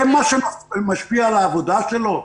זה מה שמשפיע על העבודה שלו?